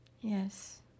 Yes